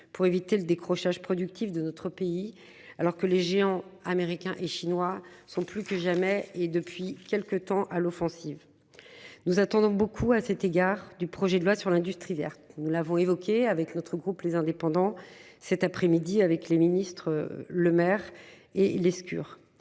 pour éviter le décrochage productif de notre pays, alors que les géants américains et chinois sont plus que jamais et depuis quelque temps à l'offensive. Nous attendons beaucoup à cet égard du projet de loi sur l'industrie verte, nous l'avons évoqué avec notre groupe les indépendants. Cet après-midi avec les ministres le maire et Lescure